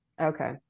okay